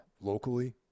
locally